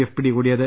F പിടികൂടിയത്